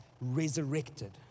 resurrected